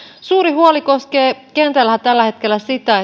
suuri huoli koskee kentällä tällä hetkellä sitä